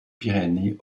pyrénées